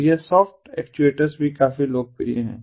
तो यह soft actuators भी काफी लोकप्रिय हैं